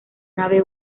nave